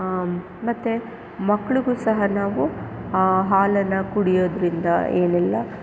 ಮತ್ತು ಮಕ್ಳಿಗೂ ಸಹ ನಾವು ಹಾಲನ್ನು ಕುಡಿಯೋದರಿಂದ ಏನೆಲ್ಲಾ